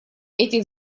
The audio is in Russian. этих